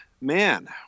man